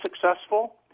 successful